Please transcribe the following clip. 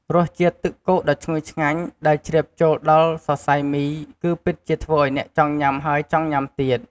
រសជាតិទឹកគោកដ៏ឈ្ងុយឆ្ងាញ់ ដែលជ្រាបចូលដល់សរសៃមី គឺពិតជាធ្វើឱ្យអ្នកចង់ញ៉ាំហើយចង់ញ៉ាំទៀត។